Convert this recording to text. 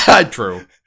True